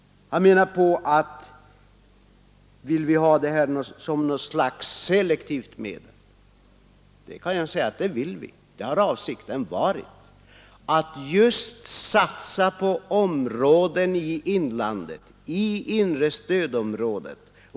Herr Nilsson undrar om vi vill ha detta som ett slags selektivt medel. Jag kan säga att det vill vi — det har varit avsikten att just satsa på områden i inlandet, i inre stödområdet.